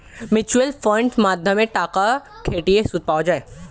mutual ফান্ডের মাধ্যমে টাকা খাটিয়ে সুদ পাওয়া যায়